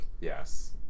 yes